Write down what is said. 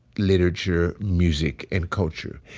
literature, music and culture.